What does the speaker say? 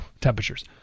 temperatures